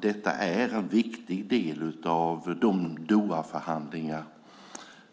Detta är en viktig del av de Dohaförhandlingar